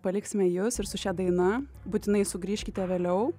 paliksime jus ir su šia daina būtinai sugrįžkite vėliau